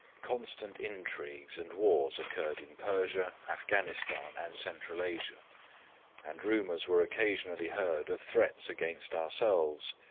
constant intrigues and wars occurred in persia, afghanistan, and central asia and rumours were occasionally heard of threats against ourselves,